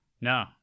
no